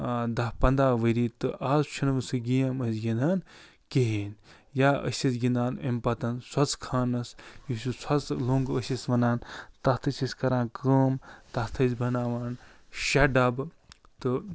دَہ پنٛداہ ؤری تہٕ آز چھُنہٕ وۄنۍ سُہ گیم أسۍ گنٛدان کِہیٖنۍ یا أسۍ ٲسۍ گنٛدان اَمہِ پَتَن سۄژٕ خانَس یُس یہِ سۄژٕ لوٚنٛگ ٲسۍ أسۍ وَنان تتھ ٲسۍ أسۍ کَران کٲم تتھ ٲسۍ بَناوان شےٚ ڈَبہٕ تہٕ